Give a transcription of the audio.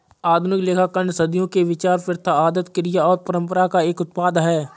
आधुनिक लेखांकन सदियों के विचार, प्रथा, आदत, क्रिया और परंपरा का एक उत्पाद है